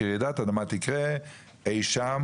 כי רעידת אדמה תקרה אי שם,